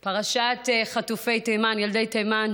פרשת חטופי תימן, ילדי תימן,